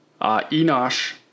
Enosh